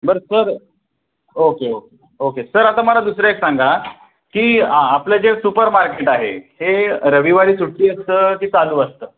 बरं sir okay okay okay sir आता मला दुसरं एक सांगा की आ आपलं जे सुपर मार्केट आहे हे रविवारी सुट्टी असतं की चालू असतं